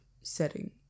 setting